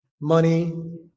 money